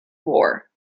war